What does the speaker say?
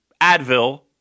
Advil